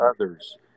others